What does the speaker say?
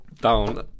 Down